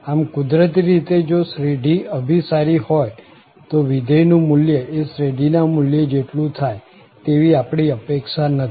આમ કુદરતી રીતે જો શ્રેઢી અભિસારી હોય તો વિધેયનું મુલ્ય એ શ્રેઢીના મુલ્ય જેટલું થાય તેવી આપણી અપેક્ષા નથી